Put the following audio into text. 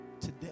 today